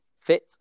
fit